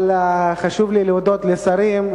אבל חשוב לי להודות לשרים,